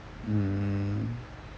mm